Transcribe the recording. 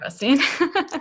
interesting